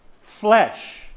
flesh